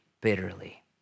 Bitterly